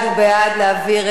הוא בעד להעביר,